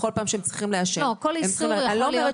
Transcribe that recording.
בכל פעם שהם צריכים לעשן --- לכל איסור יכולים להיות